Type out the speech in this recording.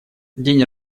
день